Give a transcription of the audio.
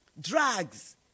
drugs